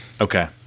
Okay